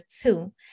two